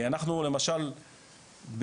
למשל,